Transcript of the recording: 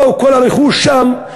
או בכל הרכוש שם,